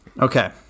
Okay